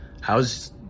how's